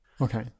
Okay